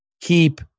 keep